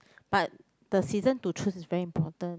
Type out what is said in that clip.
but the season to choose is very important